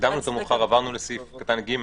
הקדמנו את המאוחר, עברנו לסעיף קטן (ג).